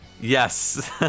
Yes